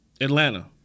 Atlanta